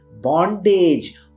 bondage